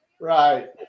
Right